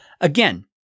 Again